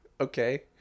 Okay